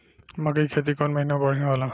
मकई के खेती कौन महीना में बढ़िया होला?